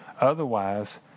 Otherwise